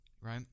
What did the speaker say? Right